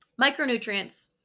Micronutrients